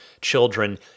children